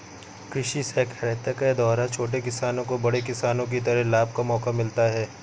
कृषि सहकारिता के द्वारा छोटे किसानों को बड़े किसानों की तरह लाभ का मौका मिलता है